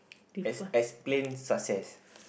ex~ explain success